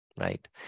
right